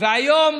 והיום